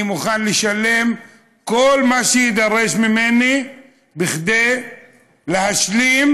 אני מוכן לשלם כל מה שיידרש ממני כדי להשלים,